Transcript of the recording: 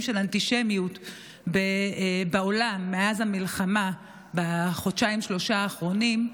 של אנטישמיות בעולם מאז המלחמה בחודשיים-שלושה האחרונים,